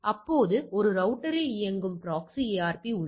இப்போது ஒரு ரௌட்டர் இல் இயங்கும் ப்ராக்ஸி ARP உள்ளது